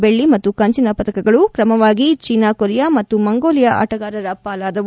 ಬೆಳ್ಳ ಮತ್ತು ಕಂಚಿನ ಪದಕಗಳು ಕ್ರಮವಾಗಿ ಚೀನಾ ಕೊರಿಯಾ ಮತ್ತು ಮಂಗೋಲಿಯಾ ಆಟಗಾರರ ಪಾಲಾದವು